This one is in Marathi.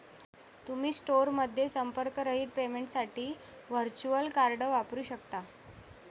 तुम्ही स्टोअरमध्ये संपर्करहित पेमेंटसाठी व्हर्च्युअल कार्ड वापरू शकता